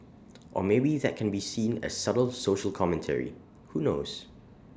or maybe that can be seen as subtle social commentary who knows